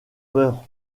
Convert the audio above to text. peur